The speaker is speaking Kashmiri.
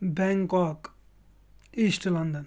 بٮ۪نٛکاک ایٖشٹہٕ لَندن